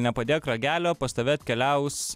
nepadėk ragelio pas tave atkeliaus